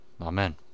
Amen